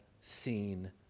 seen